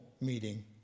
meeting